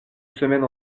semaine